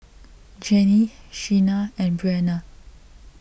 Jenni Sheena and Breanna